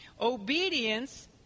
Obedience